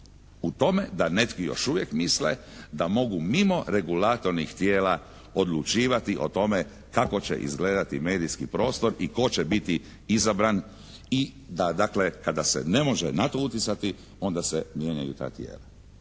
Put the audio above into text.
U tome da neki još uvijek misle da mogu mimo regulatornih tijela odlučivati o tome kako će izgledati medijski prostor i tko će biti izabran i da dakle kada se ne može na to utjecati onda se mijenjaju ta tijela.